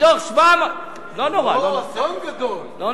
מתוך 700. זה לא אסון גדול, זה בסדר,